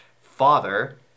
Father